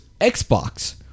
Xbox